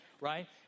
right